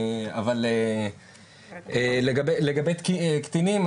אבל לגבי קטינים,